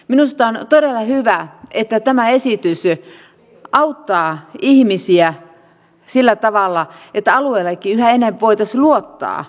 minusta on todella hyvä että tämä esitys auttaa ihmisiä sillä tavalla että alueillakin yhä enemmän voitaisiin luottaa ympäristöministeriöön